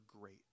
great